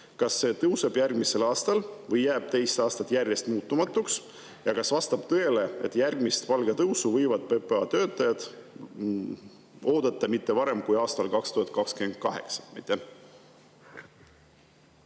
Kas see tõuseb järgmisel aastal või jääb teist aastat järjest muutumatuks? Ja kas vastab tõele, et järgmist palgatõusu võivad PPA töötajad oodata mitte varem kui aastal 2028?